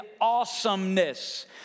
awesomeness